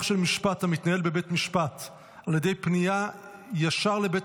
של משפט המתנהל בבית המשפט על ידי פניה ישר לבית